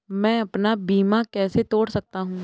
मैं अपना बीमा कैसे तोड़ सकता हूँ?